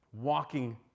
walking